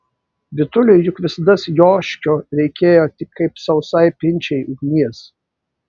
vytuliui juk visados joškio reikėjo kaip sausai pinčiai ugnies